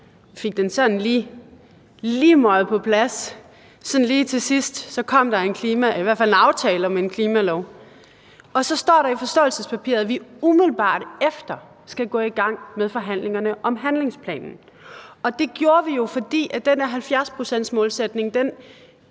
sådan lige møjet på plads, for lige til sidst kom der i hvert fald en aftale om en klimalov. Og så står der i forståelsespapiret, at vi umiddelbart efter skal gå i gang med forhandlingerne om handlingsplanen. Det gjorde vi jo, fordi den der 70-procentsmålsætning ikke